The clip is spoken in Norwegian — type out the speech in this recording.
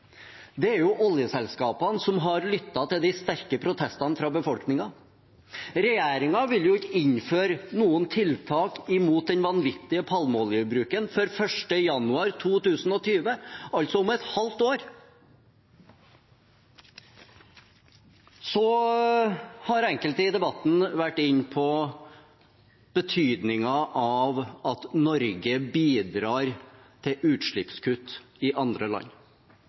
det er jo ikke regjeringens ære. Det er oljeselskapene som har lyttet til de sterke protestene fra befolkningen. Regjeringen ville ikke innføre noen tiltak mot den vanvittige palmeoljebruken før 1. januar 2020, altså om et halvt år. Enkelte har i debatten vært inne på betydningen av at Norge bidrar til utslippskutt i andre land,